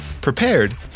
prepared